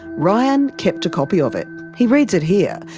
ryan kept a copy of it he reads it here,